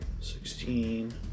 Sixteen